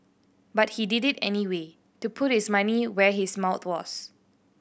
but he did it anyway to put his money where his mouth was